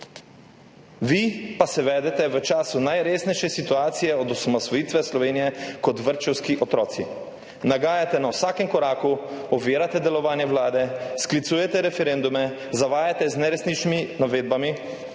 Vi pa se vedete v času najresnejše situacije od osamosvojitve Slovenije kot vrtčevski otroci, nagajate na vsakem koraku, ovirate delovanje Vlade, sklicujete referendume, zavajate z neresničnimi navedbami,